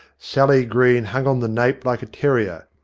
sally green hung on the nape like a terrier,